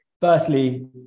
firstly